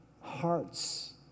Hearts